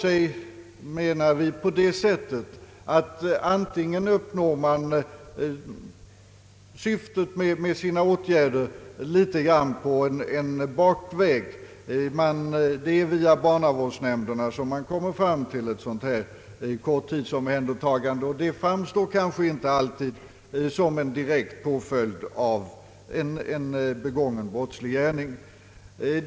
Vi menar att man uppnår syftet med sina åtgärder litet grand på en bakväg — det är via barnavårdsnämnderna som man kommer fram till ett sådant här korttidsomhändertagande, och det framstår kanske inte alltid som en direkt påföljd av en begången brottslig gärning.